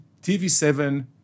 TV7